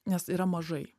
nes yra mažai